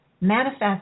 manifest